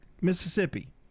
Mississippi